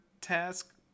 task